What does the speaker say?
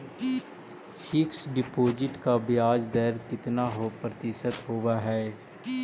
Fix deposit का ब्याज दर कितना प्रतिशत होब है?